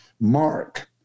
Mark